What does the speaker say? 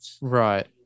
Right